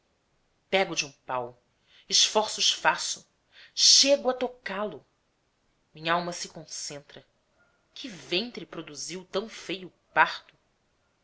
pego de um pau esforços faço chego a tocá lo minhalma se concentra que ventre produziu tão feio parto